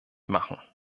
machen